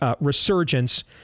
resurgence